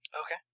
Okay